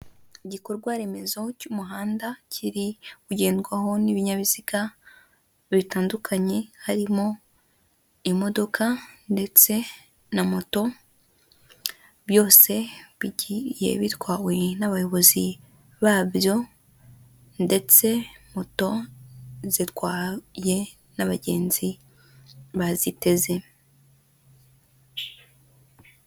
Igikorwa remezo cy'umuhanda kiri kugendwaho n'ibinyabiziga bitandukanye harimo imodoka ndetse na moto, byose bigiye bitwawe n'abayobozi babyo ndetse moto zitwaye n'abagenzi baziteze.